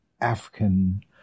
African